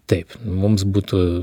taip mums būtų